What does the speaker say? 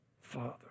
Father